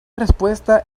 respuesta